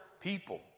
people